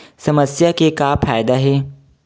समस्या के का फ़ायदा हे?